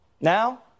Now